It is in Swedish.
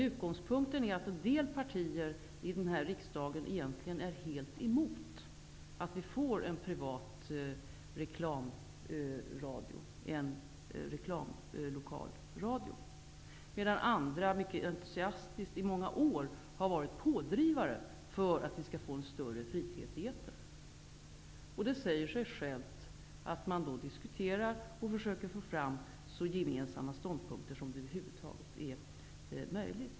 Utgångspunkten är att en del partier i den här riksdagen egentligen är helt emot att vi får en privat reklamradio, en reklamlokalradio, medan andra mycket entusiastiskt i många år har varit pådrivare för att vi skall få en större frihet i etern. Det säger sig självt att man då diskuterar och försöker få fram så gemensamma ståndpunkter som möjligt.